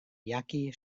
yaqui